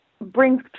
brings